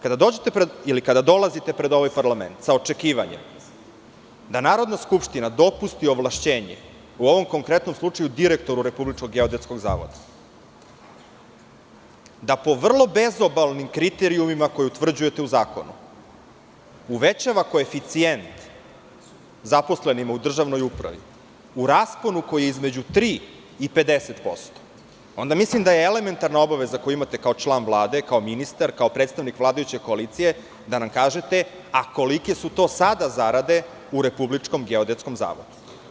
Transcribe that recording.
Kada dođete ili kad dolazite pred ovaj parlament sa očekivanjem da Narodna skupština dopusti ovlašćenje, u ovom konkretnom slučaju direktoru Republičkog geodetskog zavoda, da po vrlo bezobalnim kriterijumima koje utvrđujete u zakonu uvećava koeficijent zaposlenima u državnoj upravi u rasponu koji je između tri i 50%, onda mislim da je elementarna obaveza koju imate kao član Vlade, kao ministar, kao predstavnik vladajuće koalicije, da nam kažete - a kolike su to sada zarade u Republičkom geodetskom zavodu?